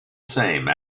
same